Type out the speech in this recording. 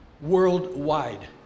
worldwide